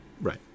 right